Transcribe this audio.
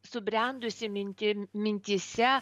subrendusi mintim mintyse